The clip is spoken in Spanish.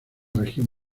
región